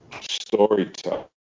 storytelling